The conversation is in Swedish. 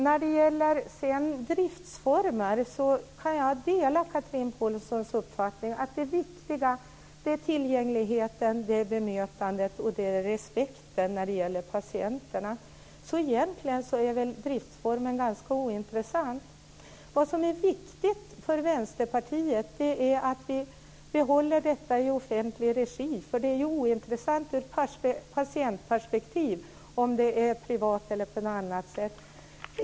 När det sedan gäller driftsformer kan jag dela Chatrine Pålssons uppfattning att det viktiga är tillgängligheten, bemötandet och respekten för patienterna. Egentligen är driftsformen ganska ointressant. Vad som är viktigt för Vänsterpartiet är att vi behåller det i offentlig regi. Det är ointressant ur patientperspektiv om det är privat eller drivs på annat sätt.